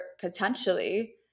potentially